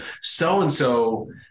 so-and-so